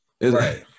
Right